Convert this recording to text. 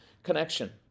connection